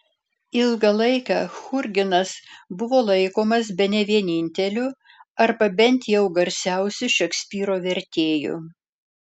ilgą laiką churginas buvo laikomas bene vieninteliu arba bent jau garsiausiu šekspyro vertėju